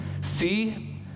see